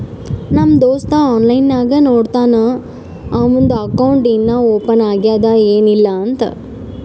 ನಮ್ ದೋಸ್ತ ಆನ್ಲೈನ್ ನಾಗೆ ನೋಡ್ತಾನ್ ಅವಂದು ಅಕೌಂಟ್ ಇನ್ನಾ ಓಪನ್ ಆಗ್ಯಾದ್ ಏನಿಲ್ಲಾ ಅಂತ್